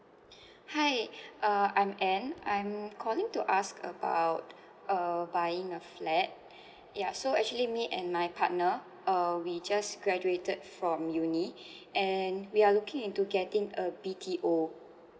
hi uh I'm anne I'm calling to ask about uh buying a flat yeah so actually me and my partner uh we just graduated from uni and we are looking into getting a B_T_O